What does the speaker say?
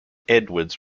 edwards